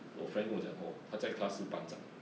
我 friend 跟我讲 oh 他在 class 是班长